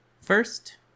First